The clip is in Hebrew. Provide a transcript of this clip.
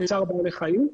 --- צער בעלי חיים,